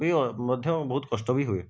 ବି ମଧ୍ୟ ବହୁତ କଷ୍ଟ ବି ହୁଏ